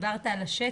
דיברת על השטח,